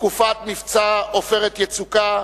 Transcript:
בתקופת מבצע "עופרת יצוקה",